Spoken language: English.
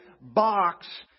box